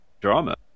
drama